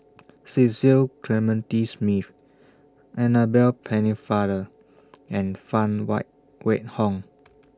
Cecil Clementi Smith Annabel Pennefather and Phan Why Wait Hong